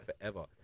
forever